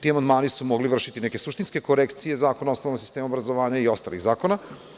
Ti amandmani su mogli vršiti neke suštinske korekcije Zakona o osnovama sistema obrazovanja i ostalih zakona.